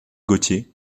gauthier